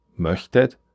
möchtet